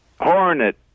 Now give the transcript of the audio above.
hornet